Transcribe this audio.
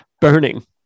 burning